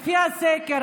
לפי הסקר